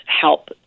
help